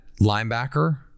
linebacker